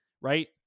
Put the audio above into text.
right